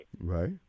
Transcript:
Right